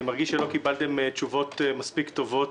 אני מרגיש שלא קיבלתם תשובות מספיק טובות